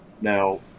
now